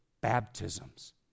baptisms